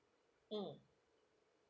mm